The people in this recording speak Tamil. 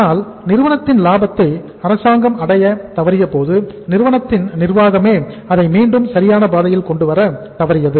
ஆனால் நிறுவனத்தின் லாபத்தை அரசாங்கம் அடைய தவறியபோது நிறுவனத்தின் நிர்வாகமே அதை மீண்டும் சரியான பாதையில் கொண்டு கொண்டுவர தவறியது